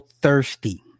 thirsty